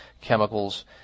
chemicals